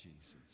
Jesus